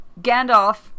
Gandalf